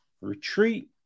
retreat